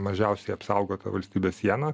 mažiausiai apsaugota valstybės siena